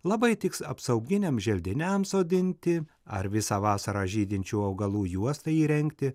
labai tiks apsauginiams želdiniams sodinti ar visą vasarą žydinčių augalų juostai įrengti